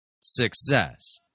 success